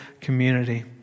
community